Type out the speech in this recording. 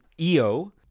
eo